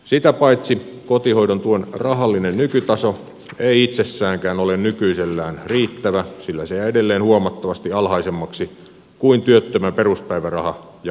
sitä paitsi kotihoidon tuen rahallinen nykytaso ei itsessäänkään ole nykyisellään riittävä sillä se jää edelleen huomattavasti alhaisemmaksi kuin työttömän peruspäiväraha ja vanhempainraha